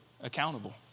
accountable